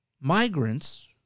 migrants